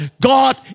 God